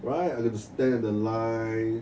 right I got to stand at the line